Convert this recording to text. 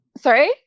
Sorry